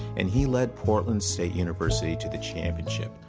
and he led portland state university to the championship,